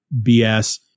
BS